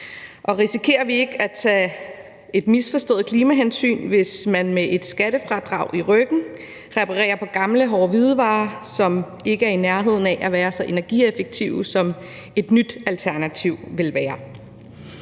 Risikerer vi ikke at tage et misforstået klimahensyn, hvis man med et skattefradrag i ryggen reparerer på gamle hårde hvidevarer, som ikke er i nærheden af at være så energieffektive som et nyt alternativ vil være?